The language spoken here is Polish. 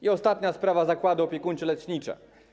I ostatnia sprawa - zakłady opiekuńczo-lecznicze.